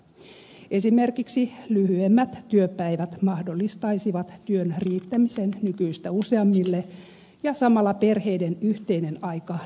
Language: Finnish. esimerkiksi lyhyemmät työpäivät mahdollistaisivat työn riittämisen nykyistä useammille ja samalla perheiden yhteinen aika lisääntyisi